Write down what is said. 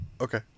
Okay